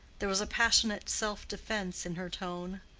there was a passionate self-defence in her tone.